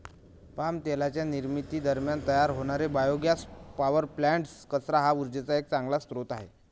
palm तेलाच्या निर्मिती दरम्यान तयार होणारे बायोगॅस पॉवर प्लांट्स, कचरा हा उर्जेचा एक चांगला स्रोत आहे